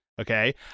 Okay